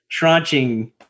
tranching